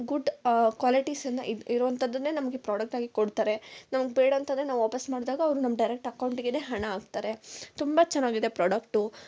good ಕ್ವಾಲಿಟೀಸನ್ನ ಇರೋಂಥದ್ದನ್ನೆ ನಮಗೆ ಪ್ರಾಡಕ್ಟ್ ಆಗಿ ಕೊಡ್ತಾರೆ ನಮ್ಗೆ ಬೇಡಂತೆಂದ್ರೆ ನಾವು ವಾಪೀಸು ಮಾಡ್ದಾಗ ಅವರು ನಮ್ಮ ಡೈರೆಕ್ಟ್ ಅಕೌಂಟ್ಗೇ ಹಣ ಹಾಕ್ತಾರೆ ತುಂಬ ಚೆನ್ನಾಗಿದೆ ಪ್ರಾಡಕ್ಟು